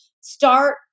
Start